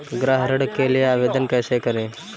गृह ऋण के लिए आवेदन कैसे करें?